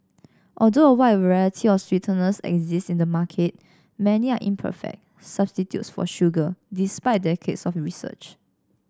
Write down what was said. although a wide variety of sweeteners exist in the market many are imperfect substitutes for sugar despite decades of research